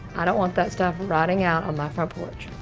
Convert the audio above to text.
i don't want that stuff rotting out on my front porch.